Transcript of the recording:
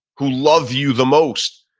who love you the most.